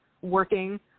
working